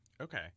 Okay